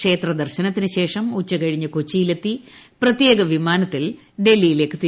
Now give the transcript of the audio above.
ക്ഷേത്രദർശനത്തിന് ശേഷം ഉച്ചുകഴിഞ്ഞ് കൊച്ചിയിലെത്തി പ്രത്യേക വിമാനത്തിൽ ഡൽഹിയിലേക്ക് തിരിക്കും